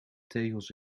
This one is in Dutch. tegels